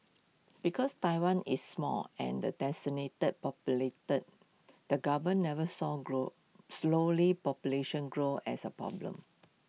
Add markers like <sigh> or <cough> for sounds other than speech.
because Taiwan is small and densely <unintelligible> the govern never saw grow slowing population growth as A problem